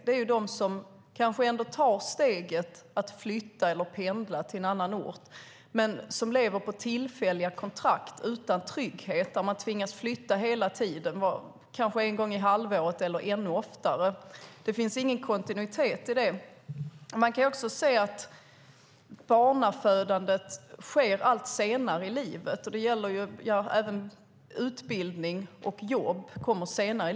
Det gäller dem som ändå tar steget att flytta eller pendla till en annan ort men som lever på tillfälliga kontrakt utan trygghet. De tvingas flytta hela tiden, kanske en gång i halvåret eller ännu oftare. Det finns ingen kontinuitet i detta. Man kan också se att barnafödandet sker allt senare i livet. Det gäller även utbildning och jobb.